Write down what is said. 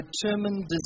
determined